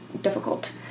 difficult